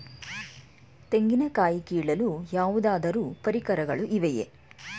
ತೆಂಗಿನ ಕಾಯಿ ಕೀಳಲು ಯಾವುದಾದರು ಪರಿಕರಗಳು ಇವೆಯೇ?